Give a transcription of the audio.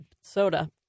soda